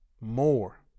more